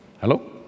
Hello